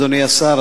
אדוני השר,